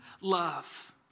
love